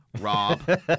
Rob